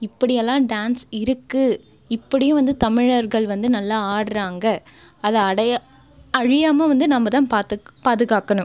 இப்படியெல்லாம் டான்ஸ் இருக்குது இப்படியும் வந்து தமிழர்கள் வந்து நல்லா ஆடுகிறாங்க அதை அடைய அழியாமல் வந்து நம்ம தான் பார்த்து பாதுகாக்கணும்